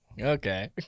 Okay